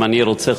אני רוצה,